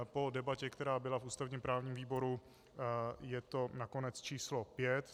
Po debatě, která byla v ústavněprávním výboru, je to nakonec číslo pět.